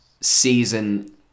season